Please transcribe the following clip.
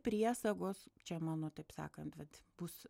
priesagos čia mano taip sakant vat bus